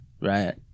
Right